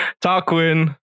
Tarquin